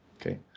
okay